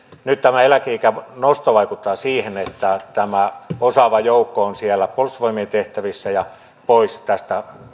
nyt tämä eläkeiän nosto vaikuttaa siihen että tämä osaava joukko on siellä puolustusvoimien tehtävissä ja pois tästä